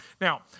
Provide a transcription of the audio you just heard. Now